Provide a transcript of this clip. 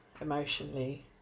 emotionally